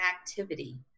activity